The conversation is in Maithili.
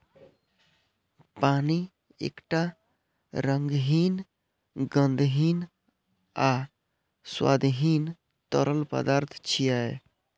पानि एकटा रंगहीन, गंधहीन आ स्वादहीन तरल पदार्थ छियै